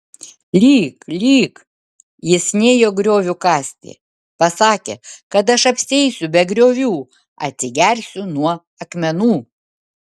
lyk lyk jis nėjo griovių kasti pasakė kad aš apsieisiu be griovių atsigersiu nuo akmenų